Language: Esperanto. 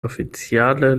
oficiale